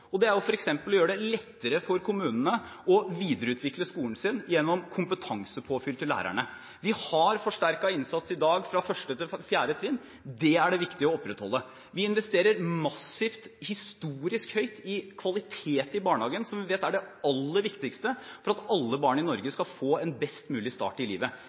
Det er f.eks. å gjøre det lettere for kommunene å videreutvikle sine skoler gjennom kompetansepåfyll til lærerne. Vi har i dag forsterket innsats fra 1. til 4. trinn. Det er det viktig å opprettholde. Vi investerer massivt – historisk høyt – i kvalitet i barnehagen, som vi vet er det aller viktigste for at alle barn i Norge skal få en best mulig start i livet.